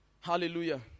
Hallelujah